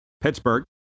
Pittsburgh